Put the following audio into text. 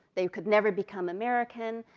they could never become american.